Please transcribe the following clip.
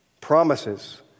promises